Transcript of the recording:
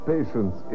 Patience